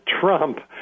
Trump